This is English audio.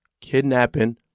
kidnapping